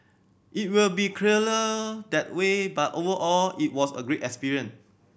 it will be clearer that way but overall it was a great experience